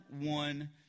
one